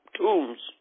tombs